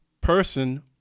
person